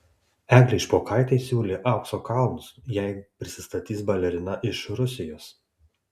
eglei špokaitei siūlė aukso kalnus jei prisistatys balerina iš rusijos